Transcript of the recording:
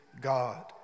God